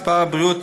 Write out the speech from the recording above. משרד הבריאות,